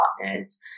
partners